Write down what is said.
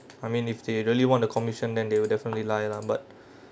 I mean if they really want the commission then they will definitely lie lah but